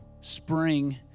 spring